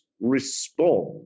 respond